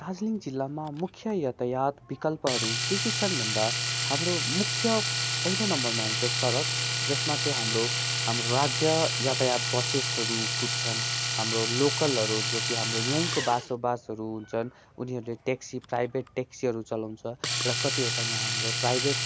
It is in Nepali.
दार्जिलिङ जिल्लमा मुख्य यातायात विकल्पहरू के के छन् भन्दा हाम्रो मुख्य पहिलो नम्बरमा आउँछ सडक जसमा चाहिँ हाम्रो हाम्रो राज्य यातायात बसेसहरू कुद्छन् हाम्रो लोकलहरू जो कि हाम्रो यहीँको बसोबासहरू हुन्छन् उनीहरूले ट्याक्सी प्राइबेट ट्याक्सीहरू चलाउँछ र कतिवटा यहाँ हाम्रो प्राइभेट